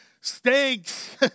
stinks